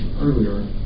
earlier